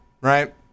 right